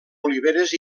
oliveres